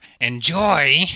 Enjoy